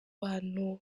muntu